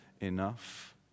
enough